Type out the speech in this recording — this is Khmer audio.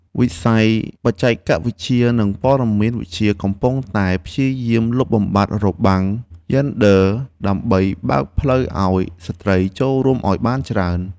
វិស័យបច្ចេកវិទ្យានិងព័ត៌មានវិទ្យាកំពុងតែព្យាយាមលុបបំបាត់របាំងយេនឌ័រ ដើម្បីបើកផ្លូវឱ្យស្ត្រីចូលរួមឱ្យបានច្រើន។